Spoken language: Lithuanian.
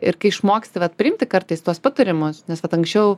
ir kai išmoksti vat priimti kartais tuos patarimus nes vat anksčiau